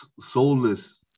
soulless